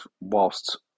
whilst